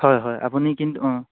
হয় হয় আপুনি কিন্তু অঁ